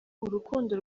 urukundo